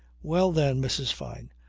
well, then, mrs. fyne,